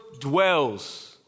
dwells